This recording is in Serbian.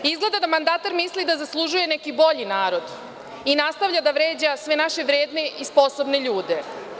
Izgleda da mandatar misli da zaslužuje neki bolji narod i nastavlja da vređa sve naše vredne i sposobne ljude.